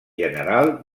general